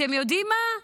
אתם יודעים מה?